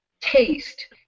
taste